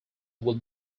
will